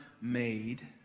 made